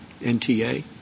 NTA